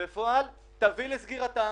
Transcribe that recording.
תביא לסגירתם.